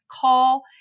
call